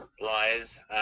lies